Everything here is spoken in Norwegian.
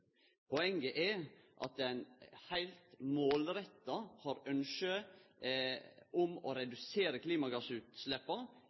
Poenget er at ein heilt målretta har ynske om å